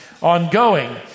ongoing